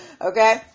Okay